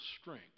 strength